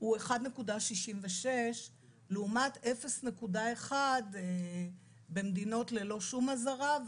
הוא 1.66% לעומת 0.1% במדינות ללא שום אזהרה,